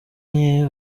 nke